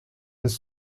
his